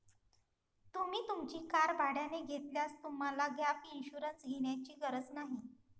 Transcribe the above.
तुम्ही तुमची कार भाड्याने घेतल्यास तुम्हाला गॅप इन्शुरन्स घेण्याची गरज नाही